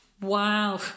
Wow